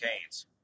Cane's